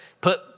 put